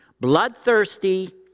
Bloodthirsty